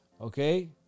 okay